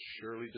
surely